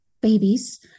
babies